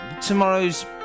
tomorrow's